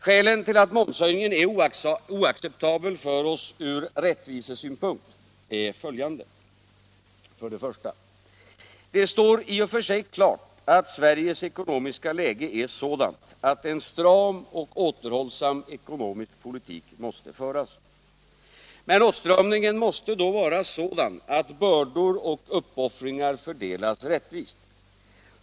Skälen till att momshöjningen från rättvisesynpunkt är oacceptabel för oss är följande: För det första står det i och för sig klart att Sveriges ekonomiska läge är sådant att en stram och återhållsam ekonomisk politik måste föras, men åtstramningen måste då vara sådan att bördor och uppoffringar fördelas rättvist.